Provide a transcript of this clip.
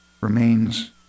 remains